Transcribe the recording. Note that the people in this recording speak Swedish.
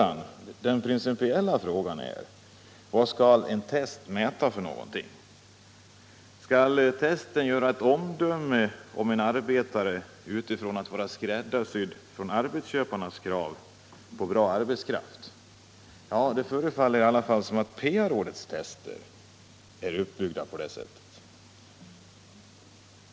Den principiella frågan är: Vad skall ett test mäta för någonting? Skall testet ge ett skräddarsytt omdöme som utgår från arbetsköparnas krav på bra arbetskraft? Ja, det förefaller i alla händelser som om PA-rådets tester är uppbyggda på det sättet.